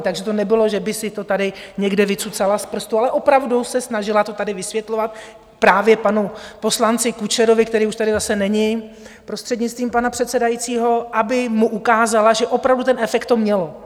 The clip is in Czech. Takže to nebylo, že by si to tady někde vycucala z prstu, ale opravdu se snažila to tady vysvětlovat právě panu poslanci Kučerovi, který už tady zase není, prostřednictvím pana předsedajícího, aby mu ukázala, že opravdu ten efekt to mělo.